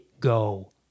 Go